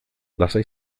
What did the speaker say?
lasai